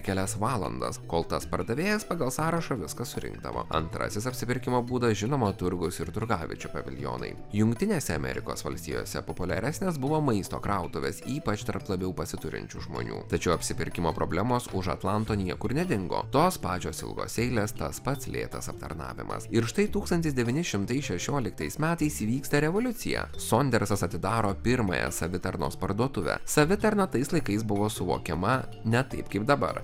kelias valandas kol tas pardavėjas pagal sąrašą viską surinkdavo antrasis apsipirkimo būdas žinoma turgus ir turgaviečių paviljonai jungtinėse amerikos valstijose populiaresnės buvo maisto krautuvės ypač tarp labiau pasiturinčių žmonių tačiau apsipirkimo problemos už atlanto niekur nedingo tos pačios ilgos eilės tas pats lėtas aptarnavimas ir štai tūkstantis devyni šimtai šešioliktais metais įvyksta revoliucija sondersas atidaro pirmąją savitarnos parduotuvę savitarna tais laikais buvo suvokiama ne taip kaip dabar